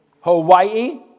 Hawaii